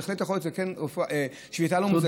בהחלט יכול להיות שזו שביתה לא מוצדקת,